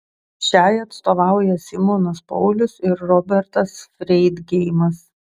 šiai atstovauja simonas paulius ir robertas freidgeimas